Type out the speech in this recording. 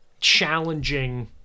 challenging